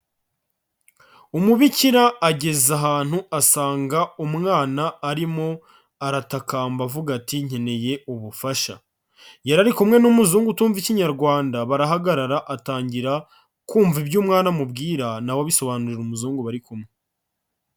Umubikira ageze ahantu asanga umwana arimo aratakamba avuga ati "Nkeneye ubufasha". Yari ari kumwe n'umuzungu utumva ikinyarwanda, barahagarara atangira kumva ibyo umwana amubwira na we abisobanurira umuzungu bari kumwe.